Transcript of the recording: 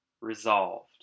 resolved